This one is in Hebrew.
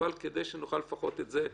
אבל כדי שנוכל לפחות את זה לסיים.